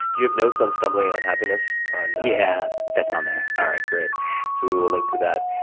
do you have notes on stumbling on happiness, on yeah. that's on there. alright, great, so we will link to that.